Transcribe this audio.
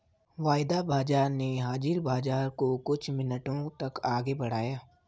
वायदा बाजार ने हाजिर बाजार को कुछ मिनटों तक आगे बढ़ाया